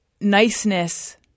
niceness